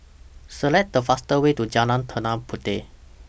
Select The faster Way to Jalan Tanah Puteh